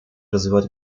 развивать